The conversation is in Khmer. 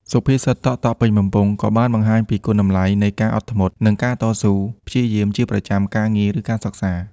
សុភាសិត តក់ៗពេញបំពង់ ក៏បានបង្ហាញពីគុណតម្លៃនៃការអត់ធ្មត់ និងការតស៊ូព្យាយាមជាប្រចាំ ការងារ ឬការសិក្សា។